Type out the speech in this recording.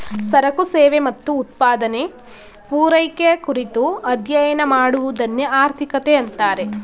ಸರಕು ಸೇವೆ ಮತ್ತು ಉತ್ಪಾದನೆ, ಪೂರೈಕೆ ಕುರಿತು ಅಧ್ಯಯನ ಮಾಡುವದನ್ನೆ ಆರ್ಥಿಕತೆ ಅಂತಾರೆ